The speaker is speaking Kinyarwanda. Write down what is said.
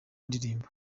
ndirimbo